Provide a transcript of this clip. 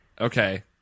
Okay